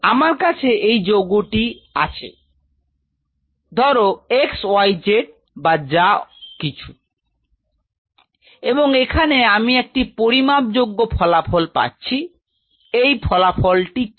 তো আমার কাছে এই যৌগটি আছে ধর xyx বা যা কিছু এবং এখানে আমি একটি পরিমাপযোগ্য ফলাফল পাচ্ছি এই ফলাফলটি কি